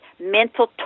mental